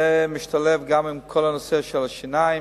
זה משתלב גם עם כל הנושא של השיניים,